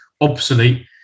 obsolete